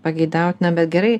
pageidautina bet gerai